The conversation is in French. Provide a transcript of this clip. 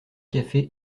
cafés